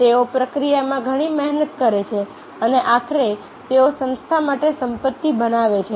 તેઓ પ્રક્રિયામાં ઘણી મહેનત કરે છે અને આખરે તેઓ સંસ્થા માટે સંપત્તિ બનાવે છે